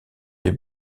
les